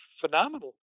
phenomenal